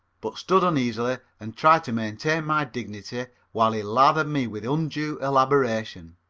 but stood uneasily and tried to maintain my dignity while he lathered me with undue elaboration.